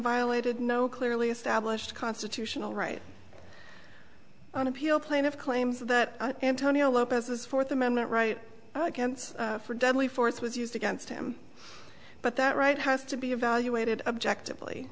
violated no clearly established constitutional right on appeal plaintiff claims that antonio lopez is fourth amendment right for deadly force was used against him but that right has to be evaluated objectively